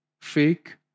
fake